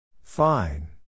Fine